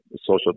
social